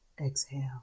exhale